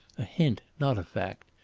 a hint, not a fact,